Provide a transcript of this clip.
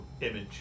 image